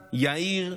יהיר,